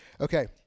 Okay